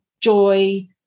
joy